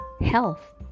health